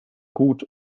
gut